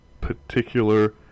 particular